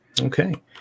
okay